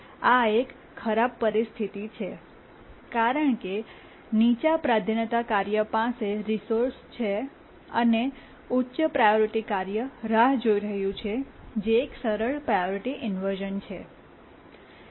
તેથી આ એક ખરાબ પરિસ્થિતિ છે કારણ કે નીચા પ્રાધાન્યતા કાર્ય પાસે રિસોર્સ છે અને ઉચ્ચ પ્રાયોરિટી કાર્ય રાહ જોઈ રહ્યું છે જે એક સરળ પ્રાયોરિટી ઇન્વર્શ઼ન છે